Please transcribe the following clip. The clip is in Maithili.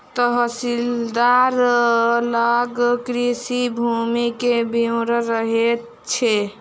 तहसीलदार लग कृषि भूमि के विवरण रहैत छै